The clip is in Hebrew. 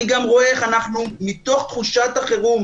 אני גם רואה איך אנחנו מתוך תחושת החירום,